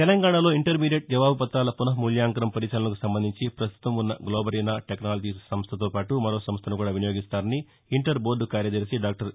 తెలంగాణలో ఇంటర్మీడియేట్ జవాబుపతాల పునఃమూల్యాంకనం పరిశీలనకు సంబంధించి పస్తుతం ఉన్న గ్లోబరీనా టెక్నాలజీస్ సంస్థతో పాటు మరోసంస్థను కూడా వినియోగిస్తారని ఇంటర్ బోర్డు కార్యదర్శి డాక్టర్ ఎ